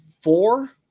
four